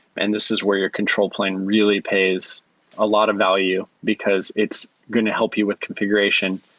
and this is where your control plane really pays a lot of value because it's going to help you with configuration.